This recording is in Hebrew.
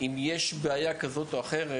אם יש בעיה כזאת או אחרת